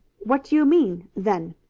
what do you mean, then?